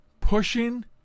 pushing